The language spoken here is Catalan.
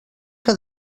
que